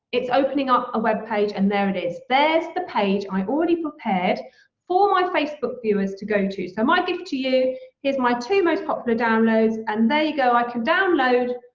it's opening up a webpage, and there it is. there's the page i already prepared for my facebook viewers to go to. so my gift to you is my two most popular downloads, and there you go. i can download,